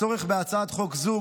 הצורך בהצעת חוק זו,